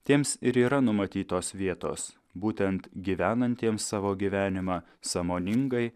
tiems ir yra numatytos vietos būtent gyvenantiems savo gyvenimą sąmoningai